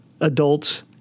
adults